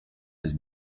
has